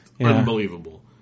unbelievable